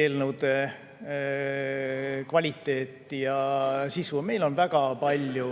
eelnõude kvaliteet ja sisu. Meil on väga palju